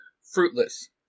fruitless